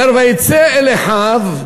אומר: "ויצא אל אחיו".